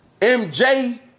MJ